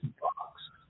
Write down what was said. box